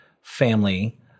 family